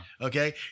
Okay